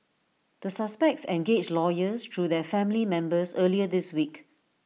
the suspects engaged lawyers through their family members earlier this week